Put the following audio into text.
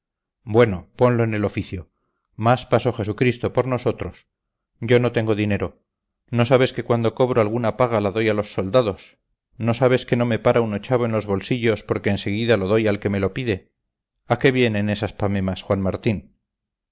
bueno ponlo en el oficio más pasó jesucristo por nosotros yo no tengo dinero no sabes que cuando cobro alguna paga la doy a los soldados no sabes que no me para un ochavo en los bolsillos porque en seguida lo doy al que me lo pide a qué vienen estas pamemas juan martín